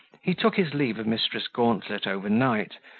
he took his leave of mrs. gauntlet overnight,